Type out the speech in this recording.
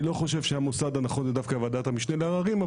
אני לא חושב שהמוסד הנכון זה דווקא ועדת המשנה לעררים,